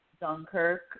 Dunkirk